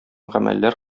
гамәлләр